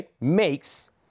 makes